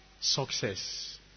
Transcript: success